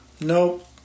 Nope